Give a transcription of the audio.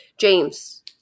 James